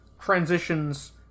Transitions